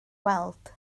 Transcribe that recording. weld